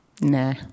Nah